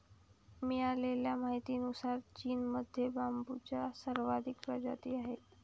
मिळालेल्या माहितीनुसार, चीनमध्ये बांबूच्या सर्वाधिक प्रजाती आहेत